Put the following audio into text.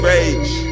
Rage